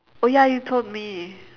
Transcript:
oh ya you told me